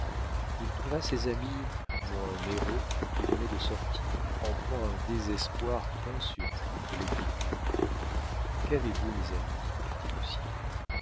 il trouva ses amis moins meyraux qui venait de sortir en proie à un désespoir peint sur toutes les figures qu'avez-vous mes amis dit lucien